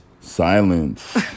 silence